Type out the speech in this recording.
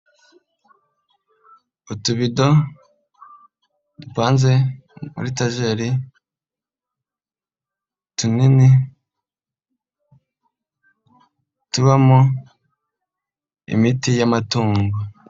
Utubido dupanze muri etajeri tunini tubamo imiti y'amatungo.